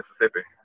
Mississippi